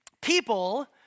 People